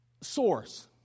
source